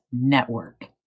Network